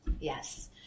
Yes